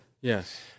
Yes